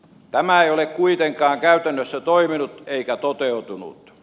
tämä ei ole kuitenkaan käytännössä toiminut eikä toteutunut